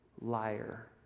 liar